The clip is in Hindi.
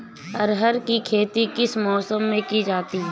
अरहर की खेती किस मौसम में की जाती है?